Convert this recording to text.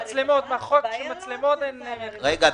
רגע,